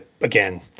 again